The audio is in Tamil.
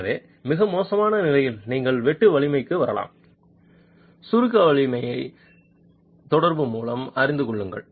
எனவே மிக மோசமான நிலையில் நீங்கள் வெட்டு வலிமைக்கு வரலாம் சுருக்க வலிமையை தொடர்பு மூலம் அறிந்து கொள்ளுங்கள்